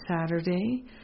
Saturday